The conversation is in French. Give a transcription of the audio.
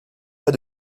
pas